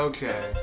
Okay